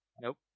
Nope